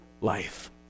life